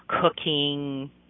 cooking